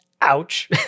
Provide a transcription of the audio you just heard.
ouch